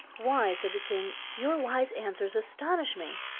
why, said the king, your wise answers astonish me,